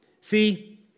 See